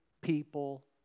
people